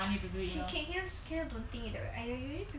can can you can you don't think it that way I really